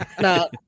No